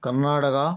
Karnataka